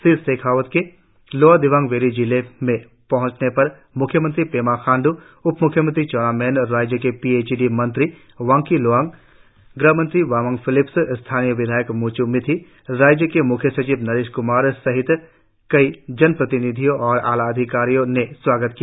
श्री शेखावत के lower Dibang valley जिले में पहुंचने पर म्ख्यमंत्री पेमा खांडू उप म्ख्यमंत्री चाउना मैन राज्य के पी एच ई डी मंत्री वांग्की लोवांग ग़हमंत्री बामंग फेलिक्स स्थानीय विधायक म्च् मिथि राज्य के म्ख्य सचिव नरेश क्मार सहित कई जनप्रतिनिधियों और आलाधिकारियों ने स्वागत किया